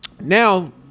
now